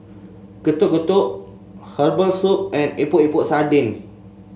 Getuk Getuk Herbal Soup and Epok Epok Sardin